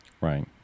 Right